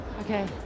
Okay